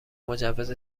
مجوز